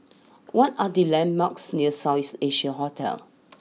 what are the landmarks near South East Asia Hotel